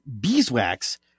beeswax